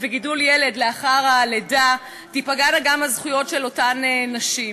וגידול ילד לאחר הלידה תיפגענה גם הזכויות של אותן נשים.